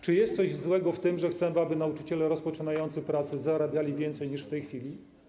Czy jest coś złego w tym, że chcemy, aby nauczyciele rozpoczynający pracę zarabiali więcej niż w tej chwili?